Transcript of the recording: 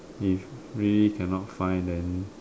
if we cannot find then